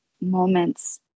moments